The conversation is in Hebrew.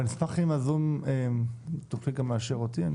אני אשמח אם בזום תוכלי גם לאשר אותי.